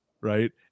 right